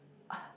ugh